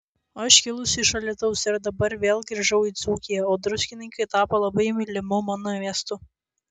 aš kilusi iš alytaus ir dabar vėl grįžau į dzūkiją o druskininkai tapo labai mylimu mano miestu